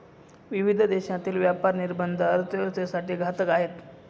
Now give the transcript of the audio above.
विविध देशांतील व्यापार निर्बंध अर्थव्यवस्थेसाठी घातक आहेत